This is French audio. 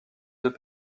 deux